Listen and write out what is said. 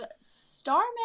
Starman